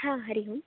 ह हरिः ओम्